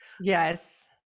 Yes